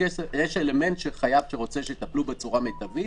יש אלמנט שחייב שרוצה שיטפלו בצורה מיטבית